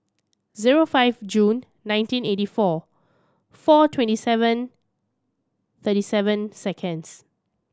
zero five June nineteen eighty four four twenty seven thirty seven seconds